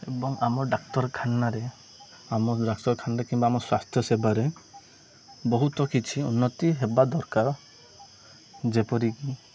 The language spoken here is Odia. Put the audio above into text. ଏବଂ ଆମ ଡାକ୍ତରଖାନାରେ ଆମ ଡାକ୍ତରଖାନାରେ କିମ୍ବା ଆମ ସ୍ୱାସ୍ଥ୍ୟ ସେବାରେ ବହୁତ କିଛି ଉନ୍ନତି ହେବା ଦରକାର ଯେପରିକି